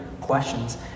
questions